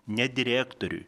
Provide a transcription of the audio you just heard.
ne direktoriui